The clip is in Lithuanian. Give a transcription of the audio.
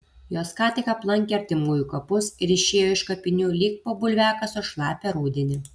jos ką tik aplankė artimųjų kapus ir išėjo iš kapinių lyg po bulviakasio šlapią rudenį